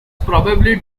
probably